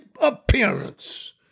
appearance